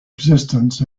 existence